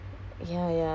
I cannot